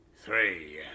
three